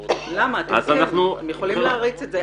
למה, אתה כן, אתם יכולים להריץ את זה.